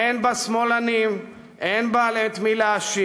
אין בה שמאלנים, אין בה את מי להאשים,